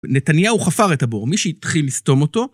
נתניהו חפר את הבור, מי שהתחיל לסתום אותו...